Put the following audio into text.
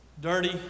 dirty